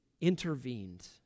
intervened